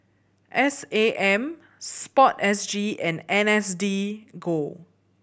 S A M SPORTSG and N S D go